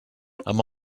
amb